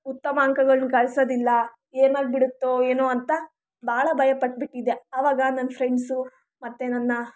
ಉತ್ತಮ ಅಂಕಗಳನ್ನು ಗಳಿಸೋದಿಲ್ಲ ಏನಾಗ್ಬಿಡುತ್ತೋ ಏನೋ ಅಂತ ಭಾಳ ಭಯ ಪಟ್ಬಿಟ್ಟಿದ್ದೆ ಆವಾಗ ನನ್ನ ಫ್ರೆಂಡ್ಸು ಮತ್ತೆ ನನ್ನ